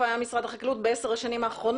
היה משרד החקלאות בעשר השנים האחרונות?